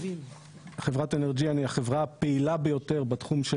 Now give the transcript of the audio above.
חברת אנרג'יאן היא החברה הפעילה ביותר בתחום של